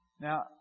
Now